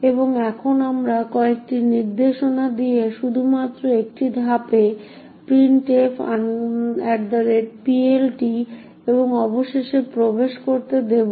এবং এখন আমরা কয়েকটি নির্দেশনা দিয়ে শুধুমাত্র এক ধাপে প্রিন্টএফPLT এবং অবশেষে প্রবেশ করতে দেব